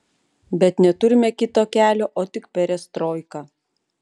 bet neturime kito kelio o tik perestroiką